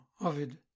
Ovid